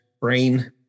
brain